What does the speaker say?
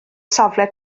safle